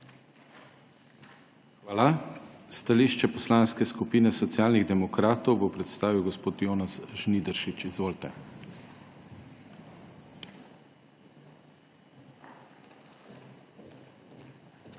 Hvala. Stališče Poslanske skupine Socialnih demokratov bo predstavil gospod Soniboj Knežak. Izvolite.